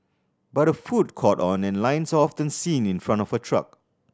but her food caught on and lines are often seen in front of her truck